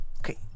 Okay